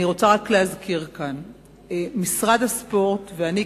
אני רוצה להזכיר כאן: משרד הספורט ואני,